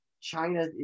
China